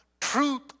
truth